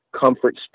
comfort